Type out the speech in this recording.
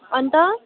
अन्त